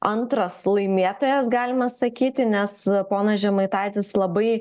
antras laimėtojas galima sakyti nes ponas žemaitaitis labai